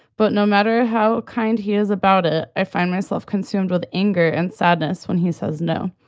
but no matter how kind he is about it. i find myself consumed with anger and sadness when he says, no,